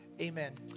Amen